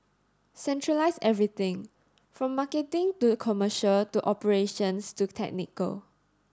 centralise everything from marketing to commercial to operations to technical